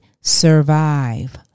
survive